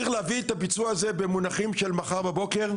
צריך להביא את הביצוע הזה במונחים של מחר בבוקר,